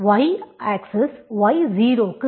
y axis y 0 க்கு சமம்